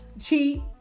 cheat